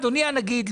אדוני הנגיד,